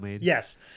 Yes